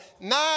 Nine